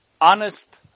Honest